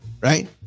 right